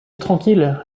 tranquille